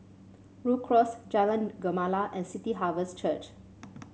Rhu Cross Jalan Gemala and City Harvest Church